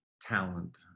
talent